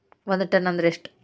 ಒಂದ್ ಟನ್ ಅಂದ್ರ ಎಷ್ಟ?